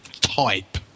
type